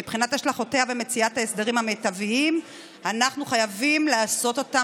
מבחינת השלכותיה ומציאת ההסדרים המיטביים אנחנו חייבים לעשות אותה